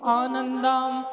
anandam